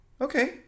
Okay